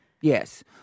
Yes